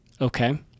Okay